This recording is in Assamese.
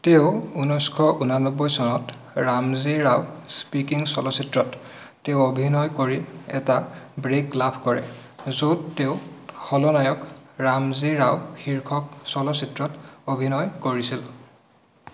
তেওঁ ঊনৈছশ উনানব্বৈ চনত ৰামজী ৰাও স্পীকিং চলচ্চিত্ৰত তেওঁ অভিনয় কৰি এটা ব্ৰেক লাভ কৰে য'ত তেওঁ খলনায়ক ৰামজী ৰাও শীৰ্ষক চলচ্চিত্ৰত অভিনয় কৰিছিল